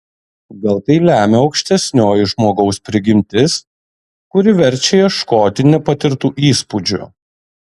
gal tai lemia aukštesnioji žmogaus prigimtis kuri verčia ieškoti nepatirtų įspūdžių